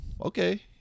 okay